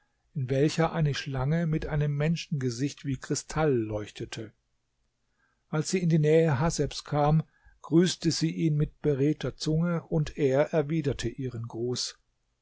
in welcher eine schlange mit einem menschengesicht wie kristall leuchtete als sie in die nähe hasebs kam grüßte sie ihn mit beredter zunge und er erwiderte ihren gruß